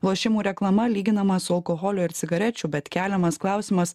lošimų reklama lyginama su alkoholio ir cigarečių bet keliamas klausimas